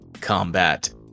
combat